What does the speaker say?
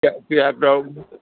किए तऽ